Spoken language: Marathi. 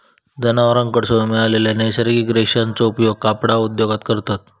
जनावरांकडसून मिळालेल्या नैसर्गिक रेशांचो उपयोग कपडा उद्योगात करतत